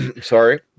sorry